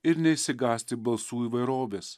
ir neišsigąsti balsų įvairovės